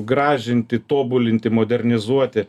gražinti tobulinti modernizuoti